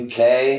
UK